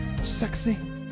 sexy